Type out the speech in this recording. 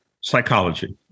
psychology